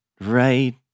right